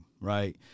Right